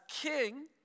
king